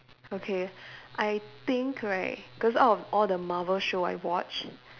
okay I think right cause out of all the Marvel show I've watched